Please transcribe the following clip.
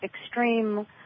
extreme